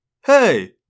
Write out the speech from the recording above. Hey